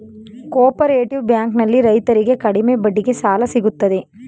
cooperative bank ನಲ್ಲಿ ರೈತರಿಗೆ ಕಡಿಮೆ ಬಡ್ಡಿಗೆ ಸಾಲ ಸಿಗುತ್ತದೆ